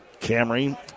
Camry